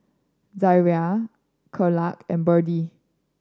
Zariah Thekla and Birdie